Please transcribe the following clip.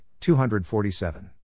247